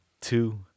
two